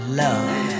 love